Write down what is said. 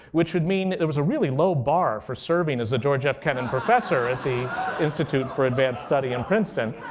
which would mean there was a really low bar for serving as the george f. kennan professor at the institute for advanced study in princeton.